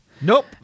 nope